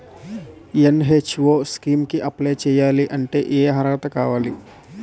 NHM scheme కి apply చేయాలి అంటే ఏ అర్హత కావాలి?